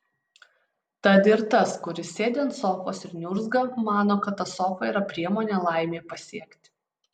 tad ir tas kuris sėdi ant sofos ir niurzga mano kad ta sofa yra priemonė laimei pasiekti